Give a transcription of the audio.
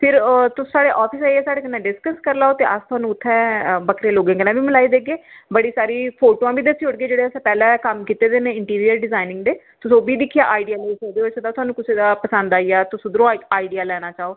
फिर ओह् तुस साढ़े आफिस आइयै तुस साढ़े कन्नै डिस्कस करी लैओ ते अस थोआनू उत्थैं बक्खरे लोकें कन्नै बी मलाई देगे बड़ी सारी फोटोआं बी दस्सी ओड़गे जेह्ड़े असें पैहले कम्म कीते दे न इंटीरियर डिजाइनिंग दे तुस ओह् बी दिक्खियै आइडिया लेई सकदे होई सकदा थोआनू कुसै दा पंसद आई जा तुस उद्धरूं आइडिया लैना चाहो